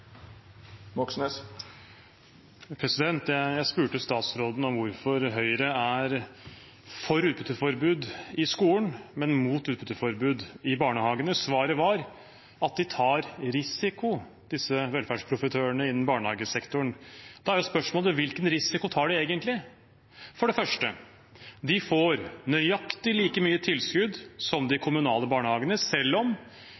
Jeg spurte statsråden om hvorfor Høyre er for utbytteforbud i skolen, men mot utbytteforbud i barnehagene. Svaret var at de tar risiko, disse velferdsprofitørene innen barnehagesektoren. Da er spørsmålet: Hvilken risiko tar de egentlig? For det første: De får nøyaktig like mye tilskudd som de kommunale barnehagene, selv om